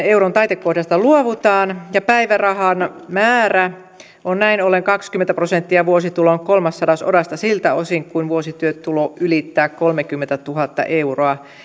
euron taitekohdasta luovutaan ja päivärahan määrä on näin ollen kaksikymmentä prosenttia vuositulon kolmassadasosasta siltä osin kuin vuosityötulo ylittää kolmekymmentätuhatta euroa